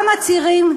גם עצירים,